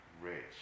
rich